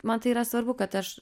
man tai yra svarbu kad aš